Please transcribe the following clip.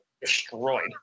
destroyed